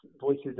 voices